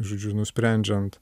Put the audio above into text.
žodžiu nusprendžiant